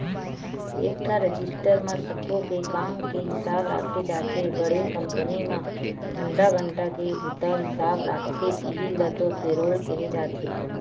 एकठन रजिस्टर म सब्बो के काम के हिसाब राखे जाथे बड़े कंपनी म घंटा घंटा के बूता हिसाब राखथे इहीं ल तो पेलोल केहे जाथे